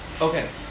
Okay